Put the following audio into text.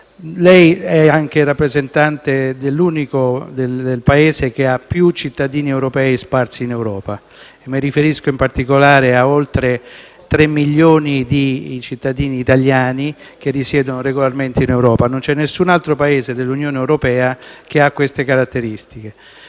è anche rappresentante del Paese che ha più cittadini sparsi in Europa. Mi riferisco, in particolare, a oltre 3 milioni di cittadini italiani che risiedono regolarmente in Europa: non c'è nessun altro Paese dell'Unione europea che ha queste caratteristiche.